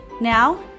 Now